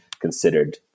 considered